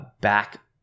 back